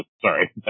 sorry